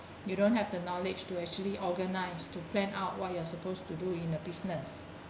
you don't have the knowledge to actually organize to plan out what you are supposed to do in the business